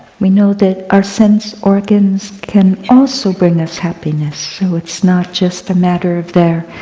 we know that our sense organs can also bring us happiness, so it's not just a matter of their